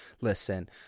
listen